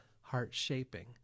heart-shaping